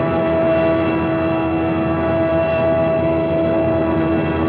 em